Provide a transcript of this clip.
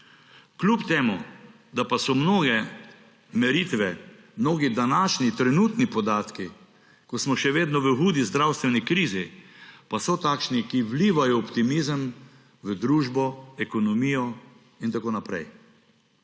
Kljub temu pa so mnoge meritve, mnogi današnji trenutni podatki, ko smo še vedno v hudi zdravstveni krizi, takšni, ki vlivajo optimizem v družbo, ekonomijo in tako naprej.